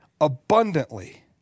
abundantly